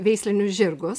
veislinius žirgus